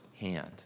hand